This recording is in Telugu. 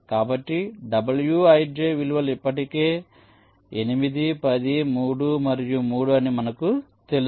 కాబట్టి wij విలువలు ఇప్పటికే 8 10 3 మరియు 3 అని మనకు తెలుసు